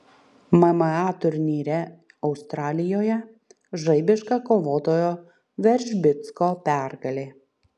mma turnyre australijoje žaibiška kovotojo veržbicko pergalė